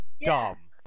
dumb